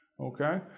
okay